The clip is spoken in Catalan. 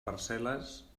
parcel·les